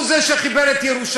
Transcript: הוא זה שחיבר את ירושלים.